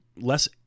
less